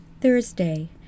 Thursday